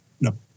No